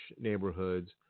neighborhoods